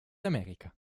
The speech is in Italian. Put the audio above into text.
america